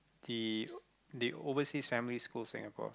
the the overseas family school Singapore